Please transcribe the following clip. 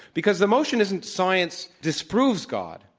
because the motion isn't science disproves god.